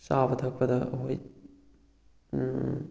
ꯆꯥꯕ ꯊꯛꯄꯗ ꯑꯩꯈꯣꯏ